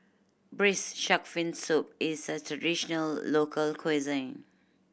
Braised Shark Fin Soup is a traditional local cuisine